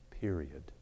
Period